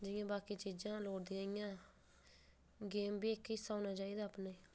जि'यां बाकी चीजां लोड़दियां इ'यां गेम बी इक हिस्सा होना चाहिदा अपने